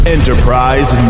Enterprise